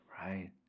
Right